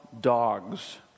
Dogs